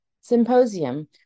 symposium